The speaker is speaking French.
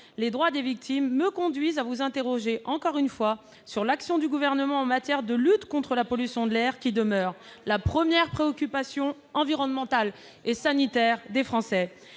les droits des victimes, me conduisent à vous interroger, encore une fois, sur l'action du Gouvernement en matière de lutte contre la pollution de l'air, cette dernière demeurant la première préoccupation environnementale et sanitaire des Français.